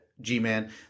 G-Man